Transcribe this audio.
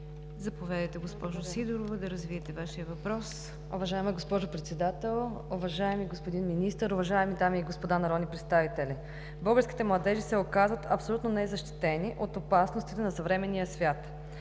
Заповядайте, госпожо Сидорова, да развиете Вашия въпрос. КРИСТИНА СИДОРОВА (БСП за България): Уважаема госпожо Председател, уважаеми господин Министър, уважаеми дами и господа народни представители! Българските младежи се оказват абсолютно незащитени от опасностите на съвременния свят